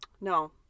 No